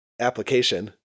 application